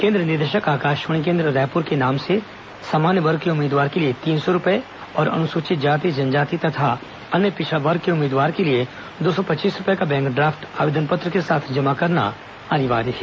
केन्द्र निदेशक आकाशवाणी केन्द्र रायपुर के नाम से सामान्य वर्ग के उम्मीदवार के लिए तीन सौ रूपए और अनुसूचित जाति जनजाति तथा अन्य पिछड़ा वर्ग के उम्मीदवार के लिए दो सौ पच्चीस रूपये का बैंक ड्राफ्ट आवेदन पत्र के साथ जमा करना अनिवार्य है